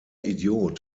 idiot